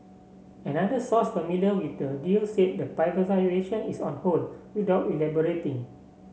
another source familiar with the deal said the privatisation is on hold without elaborating